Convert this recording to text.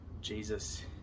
Jesus